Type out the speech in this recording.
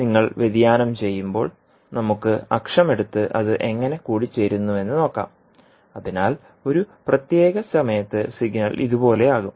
നിങ്ങൾ വ്യതിയാനം ചെയ്യുമ്പോൾ നമുക്ക് അക്ഷം എടുത്ത് അത് എങ്ങനെ കൂടിച്ചേരുന്നുവെന്ന് നോക്കാം അതിനാൽ ഒരു പ്രത്യേക സമയത്ത് സിഗ്നൽ ഇതുപോലെയാകും